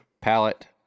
Palette